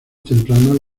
tempranas